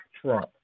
Trump